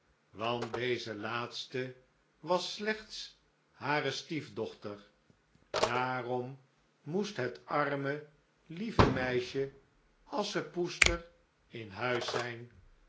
want deze laatste was slechts hare stiefdochter daarom moest het arme lieve meisje asschepoester in huis zijn